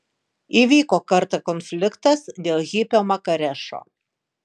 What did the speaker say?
įvyko kartą konfliktas dėl hipio marakešo